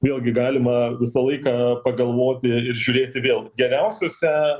vėlgi galima visą laiką pagalvoti ir žiūrėti vėl geriausiuose